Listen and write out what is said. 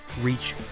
reach